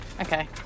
Okay